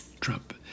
Trump